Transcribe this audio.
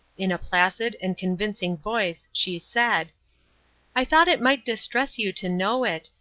in a placid and convincing voice she said i thought it might distress you to know it,